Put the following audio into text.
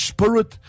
Spirit